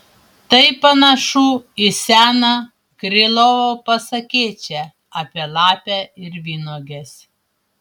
tai panašu į seną krylovo pasakėčią apie lapę ir vynuoges